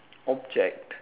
object